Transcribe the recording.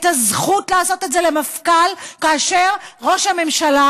את הזכות לעשות את זה למפכ"ל, כאשר ראש הממשלה,